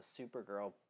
Supergirl